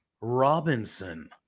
Robinson